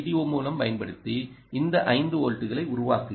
ஓ மூலம் பயன்படுத்தி இந்த 5 வோல்ட்டுகளை உருவாக்குங்கள்